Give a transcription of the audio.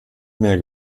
meer